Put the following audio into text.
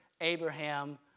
Abraham